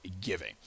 giving